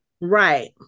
Right